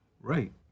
Right